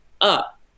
up